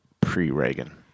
pre-Reagan